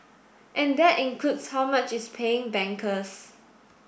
and that includes how much it's paying bankers